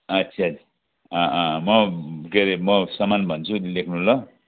आच्छा अँ अँ म के रे म समान भन्छु नि लेख्नु ल